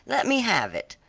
let me have it.